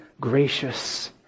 gracious